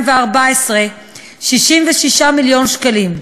66 מיליון שקלים.